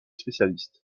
spécialistes